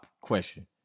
question